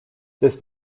this